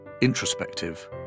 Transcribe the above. introspective